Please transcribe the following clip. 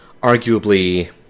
arguably